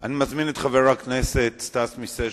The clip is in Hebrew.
אני מזמין את חבר הכנסת סטס מיסז'ניקוב,